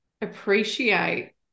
appreciate